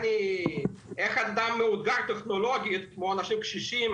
אדם מאותגר טכנולוגית כמו אנשים קשישים,